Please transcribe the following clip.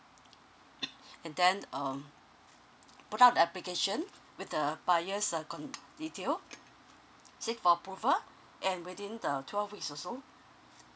and then um put out application with the buyer's uh con~ detail seek for approval and within the twelve weeks or so